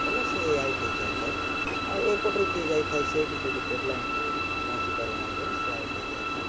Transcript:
ବୋଲେ ସିଏ ଆଉଟ୍ ହୋଇଯାଇଥାଏ ଆଉ ଏପଟରୁ ଯିଏ ଯାଇଥାଏ ସିଏ ବି ଯଦି ଡ଼େଡ଼୍ଲାଇନ୍କୁ ପହଞ୍ଚି ପାରେନାହିଁ ବୋଲେ ସିଏ ଆଉଟ୍ ହୋଇଯାଇଥାଏ